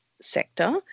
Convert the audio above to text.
sector